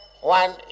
one